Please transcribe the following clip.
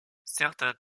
certains